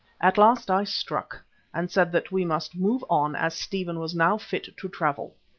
at last i struck and said that we must move on as stephen was now fit to travel.